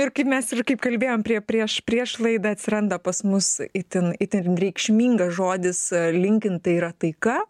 ir kaip mes ir kaip kalbėjom prie prieš prieš laidą atsiranda pas mus itin itin reikšmingas žodis linkint tai yra taika